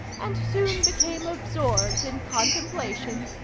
and soon became absorbed in contemplation.